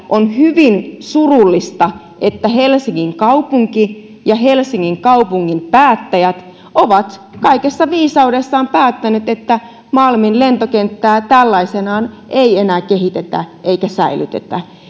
on hyvin surullista että helsingin kaupunki ja helsingin kaupungin päättäjät ovat kaikessa viisaudessaan päättäneet että malmin lentokenttää tällaisenaan ei enää kehitetä eikä säilytetä